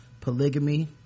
polygamy